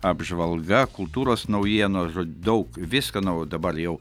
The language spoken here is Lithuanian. apžvalga kultūros naujienos žod daug visko na o dabar jau